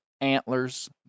Antlers